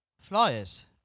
flyers